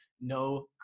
no